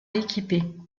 équiper